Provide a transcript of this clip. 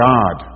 God